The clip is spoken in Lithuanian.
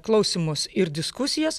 klausymus ir diskusijas